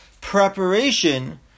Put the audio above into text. preparation